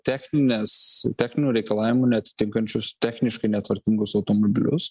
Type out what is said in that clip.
technines techninių reikalavimų neatitinkančius techniškai netvarkingus automobilius